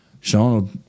Sean